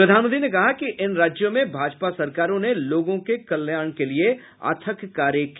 प्रधानमंत्री ने कहा कि इन राज्यों में भाजपा सरकारों ने लोगों के कल्याण के लिए अथक कार्य किया